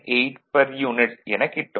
98 per unit எனக் கிட்டும்